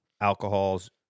alcohol's